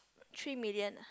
three million ah